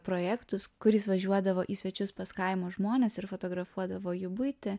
projektus kur jis važiuodavo į svečius pas kaimo žmones ir fotografuodavo jų buitį